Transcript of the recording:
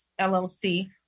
LLC